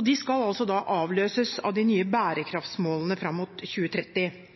De skal avløses av de nye bærekraftmålene fram mot 2030.